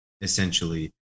essentially